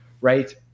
right